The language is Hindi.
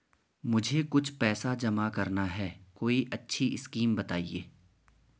मुझे कुछ पैसा जमा करना है कोई अच्छी स्कीम बताइये?